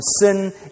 sin